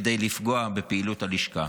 כדי לפגוע בפעילות הלשכה,